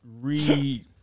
re